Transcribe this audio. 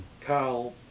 Carl